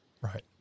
Right